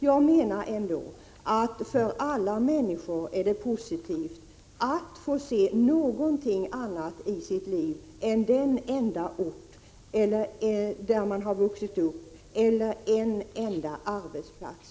Jag menar att det för alla människor är positivt att få se något annat i sitt liv än bara den ort där man har vuxit upp eller en enda arbetsplats.